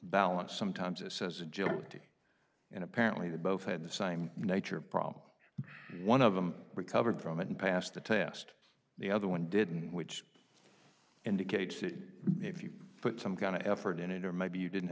balance sometimes it says agility and apparently they both had the same nature problem one of them recovered from it and passed the test the other one didn't which indicates that if you put some kind of effort in it or maybe you didn't